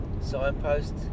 signpost